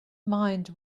mind